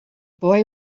boy